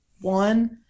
One